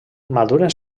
maduren